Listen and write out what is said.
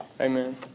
Amen